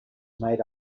made